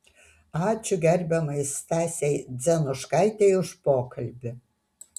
ačiū gerbiamai stasei dzenuškaitei už pokalbį